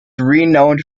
renowned